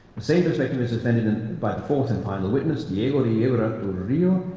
the same perspective is defended by the fourth and final witness, diego de yebra,